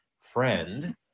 friend